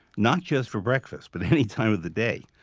not just for breakfast, but any time of the day.